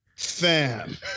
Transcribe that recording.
fam